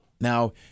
Now